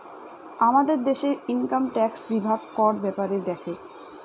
আমাদের দেশে income tax বিভাগ কর ব্যাপারে দেখে